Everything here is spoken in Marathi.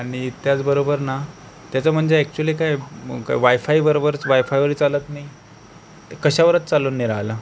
आणि त्याचबरोबर ना त्याचं म्हणजे ऐक्चुअल्ली काय वायफाय बरोबर वायफाय वरच चालत नाही कशावरच चालून नाही राहिला